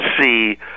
see